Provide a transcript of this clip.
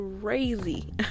crazy